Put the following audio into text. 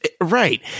right